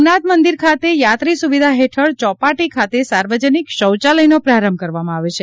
સોમનાથ મંદિર ખાતે યાત્રી સુવિધા હેઠળ ચોપાટી ખાતે સાર્વજનિક શૌચાલયનો પ્રારંભ કરવામાં આવ્યો છે